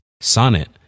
Sonnet